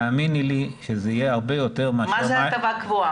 תאמיני לי שזה יהיה הרבה יותר --- מה זה הטבה קבועה?